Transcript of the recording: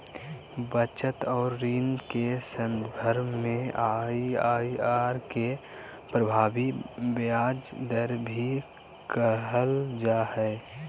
बचत और ऋण के सन्दर्भ में आइ.आइ.आर के प्रभावी ब्याज दर भी कहल जा हइ